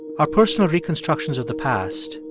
our personal reconstructions of the past,